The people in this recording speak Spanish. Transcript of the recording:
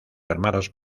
hermanos